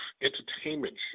Entertainment